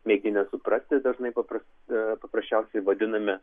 mėginę suprasti dažnai paprastai paprasčiausiai vadiname